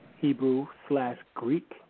Hebrew-slash-Greek